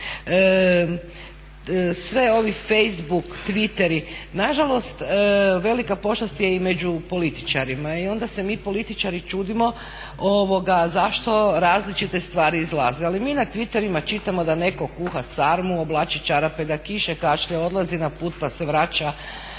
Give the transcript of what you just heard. sve ovi facebook, twitteri, nažalost velika pošast je i među političarima i onda se mi političari čudimo zašto različite stvari izlaze. Ali mi na twitterima čitamo da netko kuha sarmu, oblači čarape, da kiše, kašlje, odlazi na put pa se vraća,